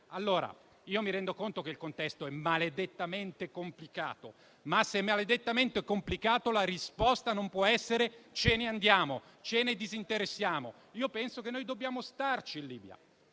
italiano. Mi rendo conto che il contesto è maledettamente complicato; ma, se è maledettamente complicato, la risposta non può essere: ce ne andiamo, ce ne disinteressiamo. Io penso che noi dobbiamo stare in Libia,